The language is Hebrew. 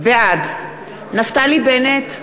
בעד נפתלי בנט,